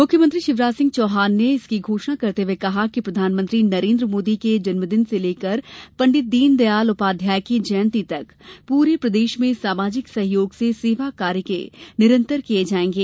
मुख्यमंत्री शिवराज सिंह चौहान ने इसकी घोषणा करते हुए कहा कि प्रधानमंत्री नरेन्द्र मोदी के जन्मदिवस से पण्डित दीनदयाल उपाध्याय की जयंती तक पूरे प्रदेश में सामाजिक सहयोग से सेवा के कार्य निरंतर किये जायेंगे